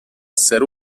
esser